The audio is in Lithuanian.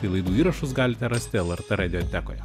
tai laidų įrašus galite rasti lrt radiotekoje